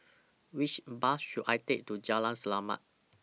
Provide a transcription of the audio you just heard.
Which Bus should I Take to Jalan Selamat